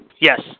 Yes